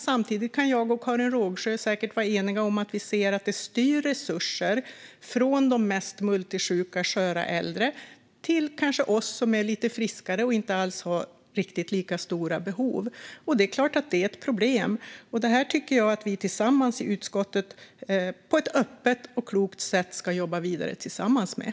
Samtidigt kan jag och Karin Rågsjö säkert vara eniga om att det styr resurser från de mest multisjuka och sköra äldre till oss som kanske är lite friskare och inte riktigt har lika stora behov. Det är klart att det är ett problem. Det här tycker jag att vi tillsammans ska jobba vidare med i utskottet på ett öppet och klokt sätt.